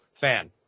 fan